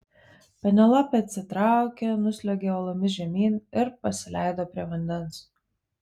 penelopė atsitraukė nusliuogė uolomis žemyn ir pasileido prie vandens